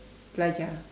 belajar